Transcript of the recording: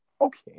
okay